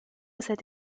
cette